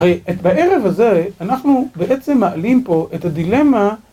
בערב הזה אנחנו בעצם מעלים פה את הדילמה